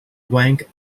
rank